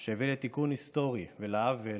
שהביא לתיקון היסטורי של העוול,